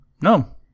No